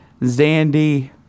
zandy